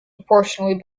proportionally